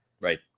Right